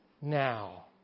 now